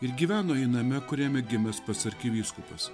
ir gyveno ji name kuriame gimęs pats arkivyskupas